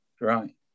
right